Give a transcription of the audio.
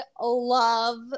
love